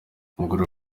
umugore